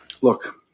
Look